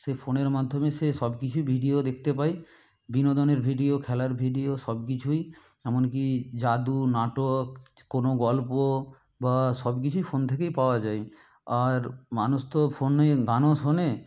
সেই ফোনের মাধ্যমে সে সবকিছু ভিডিও দেখতে পায় বিনোদনের ভিডিও খেলার ভিডিও সবকিছুই এমনকি জাদু নাটক কোনও গল্প বা সবকিছুই ফোন থেকেই পাওয়া যায় আর মানুষ তো ফোনে গানও শোনে